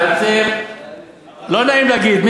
מיקי, לא נעים להגיד,